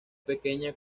pequeña